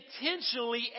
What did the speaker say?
intentionally